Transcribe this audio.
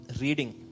Reading